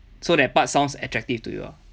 so that part sounds attractive to you ah